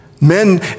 Men